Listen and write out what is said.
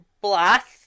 blast